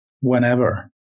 Whenever